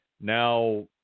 Now